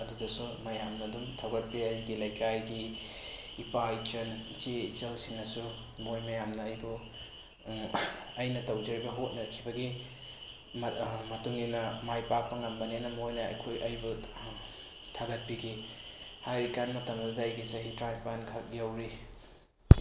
ꯑꯗꯨꯗꯁꯨ ꯃꯌꯥꯝꯅ ꯑꯗꯨꯝ ꯊꯧꯒꯠꯄꯤ ꯑꯩꯒꯤ ꯂꯩꯀꯥꯏꯒꯤ ꯏꯄꯥ ꯏꯆꯟ ꯏꯆꯦ ꯏꯆꯜꯁꯤꯡꯅꯁꯨ ꯃꯣꯏ ꯃꯌꯥꯝꯅ ꯑꯩꯕꯨ ꯑꯩꯅ ꯇꯧꯖꯔꯤꯕ ꯍꯣꯠꯅꯈꯤꯕꯒꯤ ꯃꯇꯨꯡ ꯏꯟꯅ ꯃꯥꯏ ꯄꯥꯛꯄ ꯉꯝꯕꯅꯦꯅ ꯃꯣꯏꯅ ꯑꯩꯈꯣꯏ ꯑꯩꯕꯨ ꯊꯥꯒꯠꯄꯤꯈꯤ ꯍꯥꯏꯔꯤꯀꯥꯟ ꯃꯇꯝ ꯑꯗꯨꯗ ꯑꯩꯒꯤ ꯆꯍꯤ ꯇꯔꯥꯅꯤꯄꯥꯟꯈꯛ ꯌꯧꯔꯤ